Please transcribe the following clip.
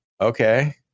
Okay